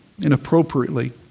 inappropriately